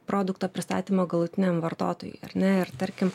produkto pristatymo galutiniam vartotojui ar ne ir tarkim